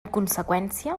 conseqüència